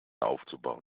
aufzubauen